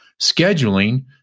scheduling